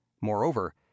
Moreover